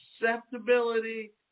acceptability